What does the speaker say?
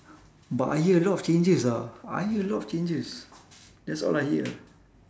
but I hear a lot changes ah I hear a lot of changes that's all I hear